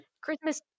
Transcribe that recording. Christmas